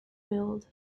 build